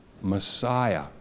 Messiah